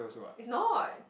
it's not